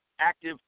active